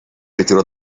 ritiro